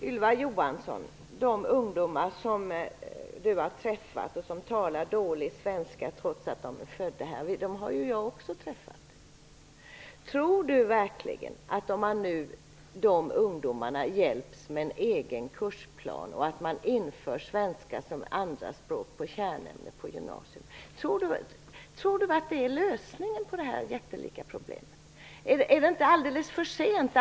Herr talman! De ungdomar som Ylva Johansson har träffat och som talar dålig svenska, trots att de är födda här, har också jag träffat. Tror statsrådet verkligen att de ungdomarna blir hjälpta av en egen kursplan och av att svenska som andraspråk införs som kärnämne på gymnasiet? Tror Ylva Johansson att det är en lösning på detta jättelika problem? Är det inte alldeles för sent?